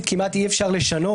גברתי היושבת-ראש, תני לו לדבר...